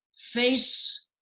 face